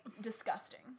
Disgusting